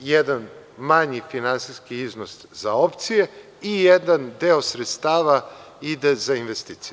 Jedan manji finansijski iznos za opcije i jedan deo sredstava ide za investicije.